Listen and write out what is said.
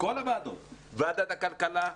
כל הוועדות: ועדת הכלכלה,